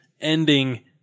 ending